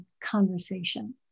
Conversation